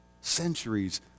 Centuries